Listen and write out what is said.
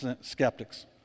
skeptics